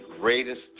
greatest